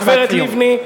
הגברת לבני,